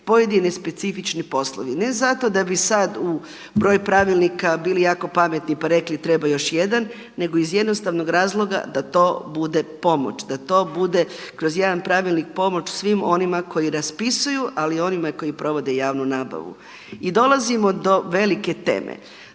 pojedini specifični poslovi. Ne zato da bi sad u broju pravilnika bili jako pametni pa rekli treba još jedan, nego iz jednostavnog razloga da to bude pomoć, da to bude kroz jedan pravilnik pomoć svim onima koji raspisuju ali i onima koji provode javnu nabavu. I dolazimo do velike teme,